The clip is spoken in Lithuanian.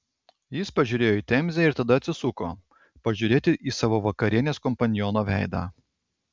jis pažiūrėjo į temzę ir tada atsisuko pažiūrėti į savo vakarienės kompaniono veidą